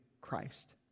Christ